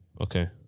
Okay